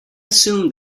assume